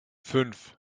fünf